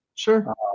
Sure